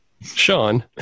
Sean